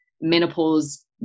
menopause